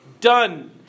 Done